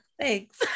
thanks